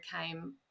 came